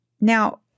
Now